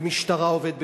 המשטרה עובדת בשבת,